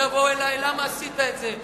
ויבואו אלי ויאמרו: למה עשית את זה?